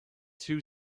two